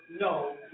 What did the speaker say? no